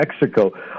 Mexico